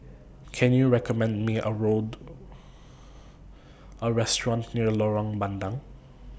Can YOU recommend Me A Restaurant near Lorong Bandang